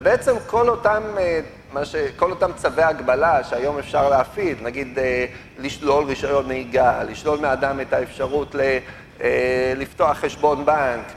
בעצם כל אותם מה ש.., כל אותם צווי הגבלה שהיום אפשר להפעיל, נגיד לשלול רישיון נהיגה, לשלול מאדם את האפשרות ל... א.. לפתוח חשבון בנק.